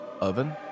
oven